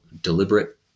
deliberate